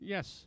Yes